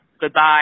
Goodbye